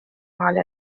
على